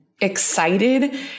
excited